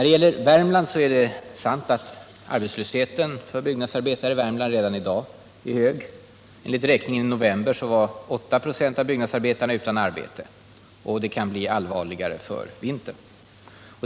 Det är sant att arbetslösheten för byggnadsarbetare i Värmland redan i dag är hög — enligt räkningen i november var 8 26 av byggnadsarbetarna utan arbete, och det kan bli allvarligare för vintern.